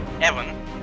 Evan